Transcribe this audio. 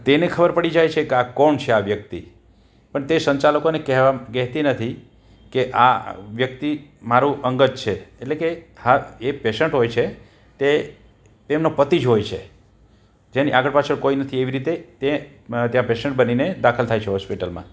તેને ખબર પડી જાય છે કે આ કોણ છે આ વ્યક્તિ પણ તે સંચાલકોને કહેતી નથી કે આ વ્યક્તિ મારું અંગત છે એટલે કે હા એ પેશન્ટ હોય છે તે એમનો પતિ જ હોય છે જેની આગળ પાછળ કોઈ નથી એવી રીતે તે ત્યાં પેશન્ટ બનીને દાખલ થાય છે હોસ્પિટલમાં